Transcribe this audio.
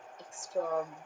extra